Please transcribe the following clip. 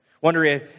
Wondering